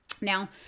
Now